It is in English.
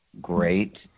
great